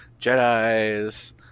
Jedis